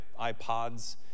iPods